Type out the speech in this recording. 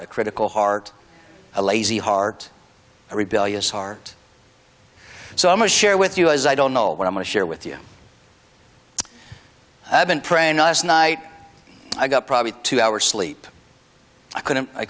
a critical heart a lazy heart a rebellious heart so i'm a share with you as i don't know what i'm going to share with you i've been praying last night i got probably two hours sleep i couldn't i